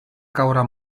caure